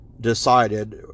decided